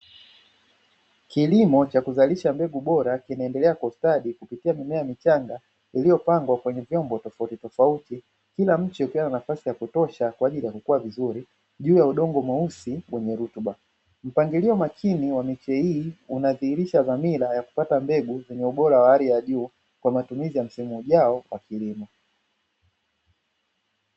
Kilimo cha kuzalisha mbegu bora kinaendelea kustawi, kupitia mimea michanga kwa hiyo kwenye vyombo tofauti tofauti kila mtu akiwa nafasi ya kutosha kwa ajili alikuwa vizuri juu ya udongo mweusi kwenye hotuba mpangilio makini wamechea hii unadhihirisha dhamira ya kupata mbegu kwenye ubora wa hali ya juu kwa matumizi ya msimu ujao kwa kilimo.